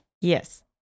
yes